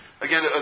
again